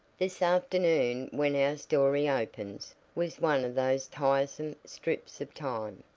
this afternoon, when our story opens, was one of those tiresome strips of time,